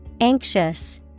Anxious